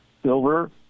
silver